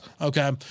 okay